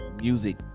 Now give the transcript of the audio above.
music